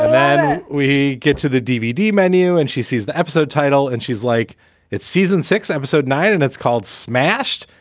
and then we get to the dvd menu and she sees the episode title and she's like it season six, episode nine. and it's called smashed.